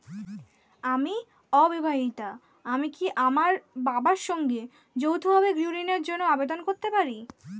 আমি অবিবাহিতা আমি কি আমার বাবার সঙ্গে যৌথভাবে গৃহ ঋণের জন্য আবেদন করতে পারি?